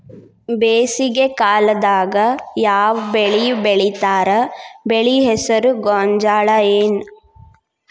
ಬೇಸಿಗೆ ಕಾಲದಾಗ ಯಾವ್ ಬೆಳಿ ಬೆಳಿತಾರ, ಬೆಳಿ ಹೆಸರು ಗೋಂಜಾಳ ಏನ್?